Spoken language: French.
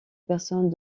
personnes